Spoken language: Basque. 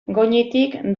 goñitik